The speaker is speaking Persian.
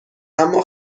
اما